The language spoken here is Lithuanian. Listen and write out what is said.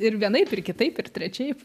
ir vienaip ir kitaip ir trečiaip